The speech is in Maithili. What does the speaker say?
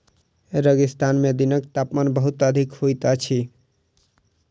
रेगिस्तान में दिनक तापमान बहुत अधिक होइत अछि